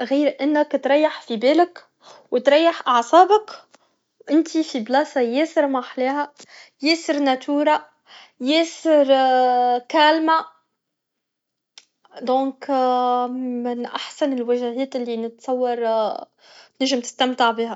غير انك تريح في بالك و تريح اعصابك و انتي في بلاصة ياسر محلاها ياسر ناتورة ياسر كالما دونك من احسن الوجهات لي نتصور تنجم تستمتع بيها